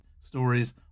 stories